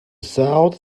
south